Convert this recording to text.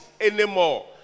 anymore